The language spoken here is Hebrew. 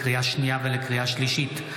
לקריאה שנייה ולקריאה שלישית,